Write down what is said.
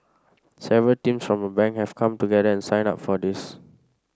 several teams from a bank have come together and signed up for this